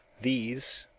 these,